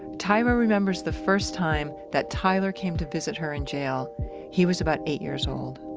tyra remembers the first time that tyler came to visit her in jail he was about eight years old